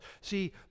See